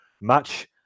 match